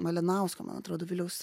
malinausko man atrodo viliaus